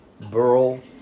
burl